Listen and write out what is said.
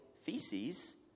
feces